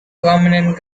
prominent